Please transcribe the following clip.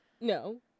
No